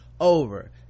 over